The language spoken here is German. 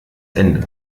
ende